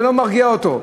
זה לא מרגיע אותו.